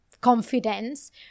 confidence